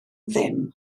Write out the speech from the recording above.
ddim